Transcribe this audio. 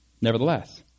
Nevertheless